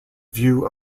view